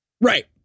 Right